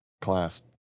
class